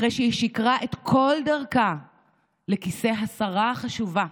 אחרי שהיא שיקרה את כל דרכה לכיסא השרה החשובה,